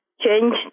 change